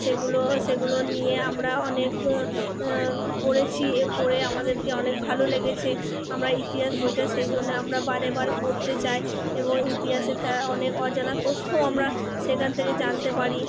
সেগুলো সেগুলো নিয়ে আমরা অনেক পড়েছি এ পড়ে আমাদেরকে অনেক ভালো লেগেছে আমরা ইতিহাস বইটা সেই জন্যে আমরা বারে বারে পড়তে চাই এবং ইতিহাসে থা অনেক অজানা তথ্য আমরা সেখান থেকে জানতে পারি